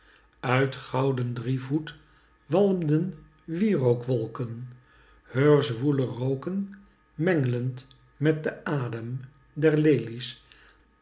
uit gouden drievoet walmden wierookwolken heur zwoele roken menglend met den adem der lelies